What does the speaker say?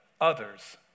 others